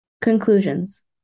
Conclusions